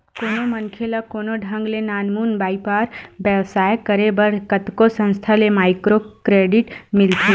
कोनो मनखे ल कोनो ढंग ले नानमुन बइपार बेवसाय करे बर कतको संस्था ले माइक्रो क्रेडिट मिलथे